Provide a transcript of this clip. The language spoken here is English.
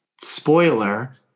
Spoiler